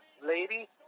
Lady